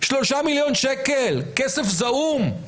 3 מיליון שקל, כסף זעום.